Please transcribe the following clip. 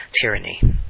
tyranny